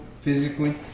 physically